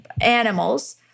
animals